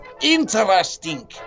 Interesting